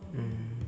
mm